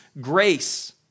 grace